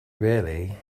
really